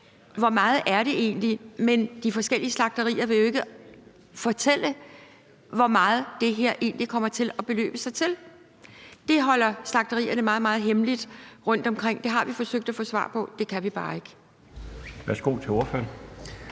hvor meget det egentlig er, men de forskellige slagterier vil ikke fortælle, hvor meget det her egentlig kommer til at beløbe sig til. Det holder slagterierne rundtomkring meget, meget hemmeligt. Det har vi forsøgt at få svar på; det kan vi bare ikke